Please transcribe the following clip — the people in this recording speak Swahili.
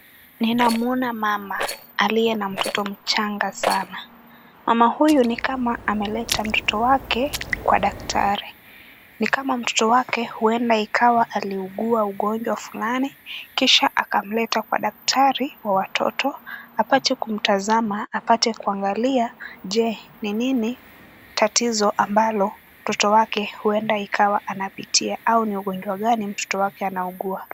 Ninamwona mama aliye na mtoto mchanga sana. Mama huyu ni kama ameleta mtoto wake kwa daktari. Ni kama mtoto wake huenda ikawa aliugua ugonjwa fulani kisha akamleta kwa daktari wa watoto apate kumtazama apate kuangalia je? Ni nini tatizo ambalo mtoto wake huenda ikawa anapitia au ni ugonjwa gani mtoto wake anaugua.